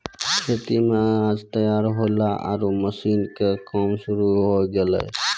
खेतो मॅ अनाज तैयार होल्हों आरो मशीन के काम शुरू होय गेलै